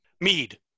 mead